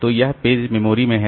तो यह page memory में है